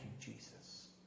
Jesus